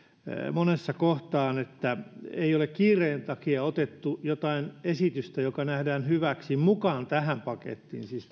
monessa kohtaa että ei ole kiireen takia otettu mukaan jotain esitystä joka nähdään hyväksi siis